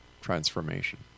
transformation